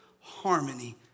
harmony